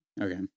okay